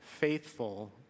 Faithful